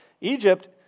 Egypt